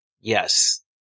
Yes